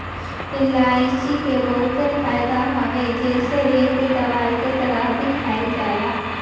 इलायची के बहुते फायदा हवे जेसे एके दवाई के तरह भी खाईल जाला